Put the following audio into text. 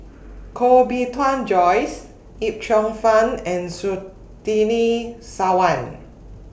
Koh Bee Tuan Joyce Yip Cheong Fun and Surtini Sarwan